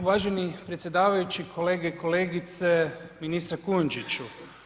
Uvaženi predsjedavajući, kolege i kolegice, ministre Kujundžiću.